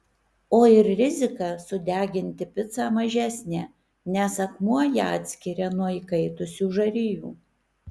o ir rizika sudeginti picą mažesnė nes akmuo ją atskiria nuo įkaitusių žarijų